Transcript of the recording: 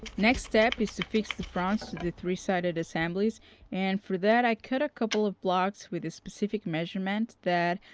next step is to fix the fronts to the three sided assemblies and for that i cut a couple of blocks with a specific measurement that,